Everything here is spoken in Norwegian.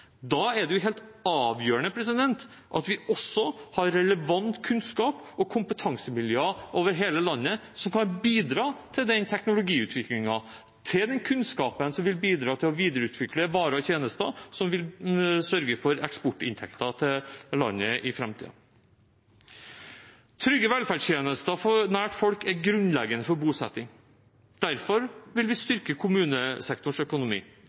Da er det helt avgjørende at vi også har relevant kunnskap og kompetansemiljøer over hele landet som kan bidra til teknologiutvikling og kunnskap, som igjen vil bidra til å videreutvikle varer og tjenester som vil sørge for eksportinntekter til landet i framtiden. Trygge velferdstjenester nær folk er grunnleggende for bosetting. Derfor vil vi styrke kommunesektorens økonomi.